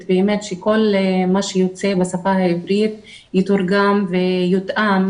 באמת שכל מה שיוצא בשפה העברית יתורגם ויותאם,